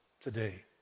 today